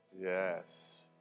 Yes